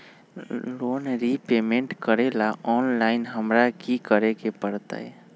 Loan repayment करेला online हमरा की करे के परतई?